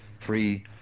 three